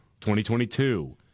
2022